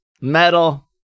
metal